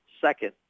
second